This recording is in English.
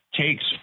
takes